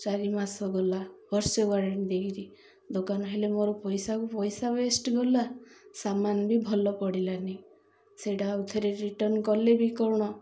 ଚାରି ମାସ ଗଲା ବର୍ଷେ ୱାରେଣ୍ଟି ଦେଇକିରି ଦୋକାନ ହେଲେ ମୋର ପଇସାକୁ ପଇସା ୱେଷ୍ଟ୍ ଗଲା ସାମାନ ବି ଭଲ ପଡ଼ିଲାନି ସେଇଟା ଆଉ ଥରେ ରିଟର୍ଣ୍ଣ କଲେ ବି କ'ଣ